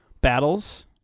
battles